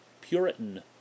Puritan